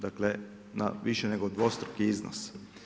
Dakle, više nego dvostruki iznos.